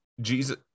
jesus